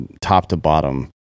top-to-bottom